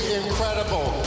incredible